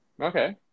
Okay